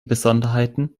besonderheiten